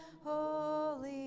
Holy